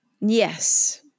Yes